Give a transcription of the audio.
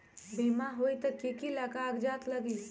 बिमा होई त कि की कागज़ात लगी?